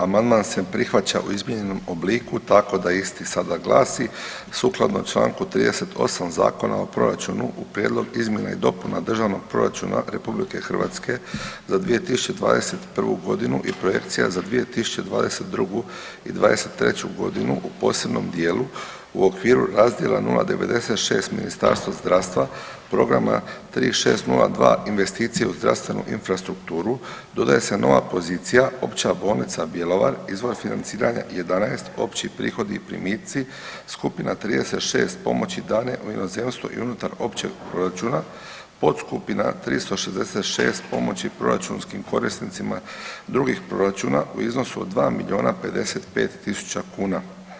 Amandman se prihvaća u izmijenjenom obliku, tako da isti sada glasi, sukladno čl. 38 Zakona o proračunu, u Prijedlog izmjena i dopuna Državnog proračuna RH za 2021. g. i projekcija za 2022. i '23. g. u posebnom dijelu u okviru razdjela 0,96 Ministarstva zdravstva, programa 3602 investicije u zdravstvenu infrastrukturu, dodaje se nova pozicija Opća bolnica Bjelovar, izvor financiranja 11, opći prihodi i primici, skupina 36 pomoći dane u inozemstvo i unutar općeg proračuna, podskupina 366 pomoći proračunskim korisnicima drugih proračuna, u iznosu od 2 milijuna 55 tisuća kuna.